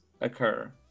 occur